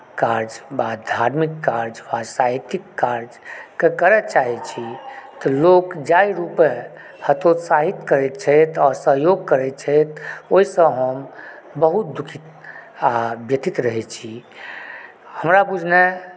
कार्य वा धार्मिक कार्य साहित्यिक कार्यकेँ करय चाहैत छी तऽ लोक जाहि रूपे हतोत्साहित करैत छथि असहयोग करैत छथि ओहिसँ हम बहुत दुखी आओर व्यथित रहैत छी हमरा बुझने